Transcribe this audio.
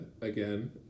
again